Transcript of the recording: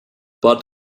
but